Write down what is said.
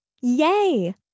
Yay